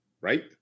right